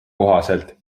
kohaselt